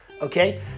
Okay